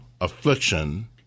affliction